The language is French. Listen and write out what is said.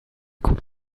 compte